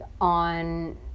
on